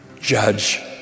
judge